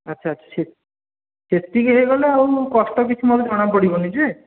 ଆଚ୍ଛା ଆଚ୍ଛା ସେ ସେତିକି ହୋଇଗଲେ ଆଉ କଷ୍ଟ କିଛି ମୋର ଜଣାପଡ଼ିବନି ଯେ